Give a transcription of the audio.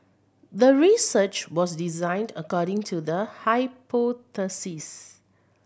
the research was designed according to the hypothesis